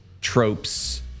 tropes